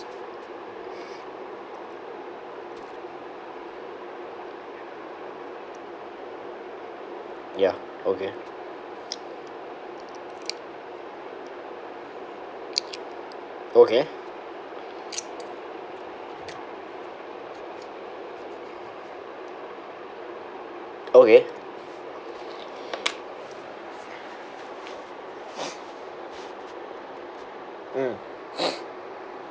ya okay okay okay mm